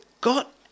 got